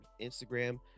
Instagram